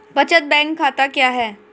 बचत बैंक खाता क्या है?